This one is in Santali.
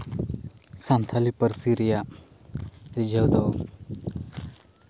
ᱥᱟᱱᱛᱷᱟᱞᱤ ᱯᱟᱹᱨᱥᱤ ᱨᱮᱭᱟᱜ ᱨᱤᱡᱷᱟᱹᱣ ᱫᱚ